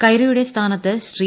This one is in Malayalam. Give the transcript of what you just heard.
കൈറയുടെ സ്ഥാനത്ത് ശ്രീ